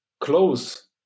close